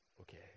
Okay